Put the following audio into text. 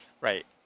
Right